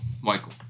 Michael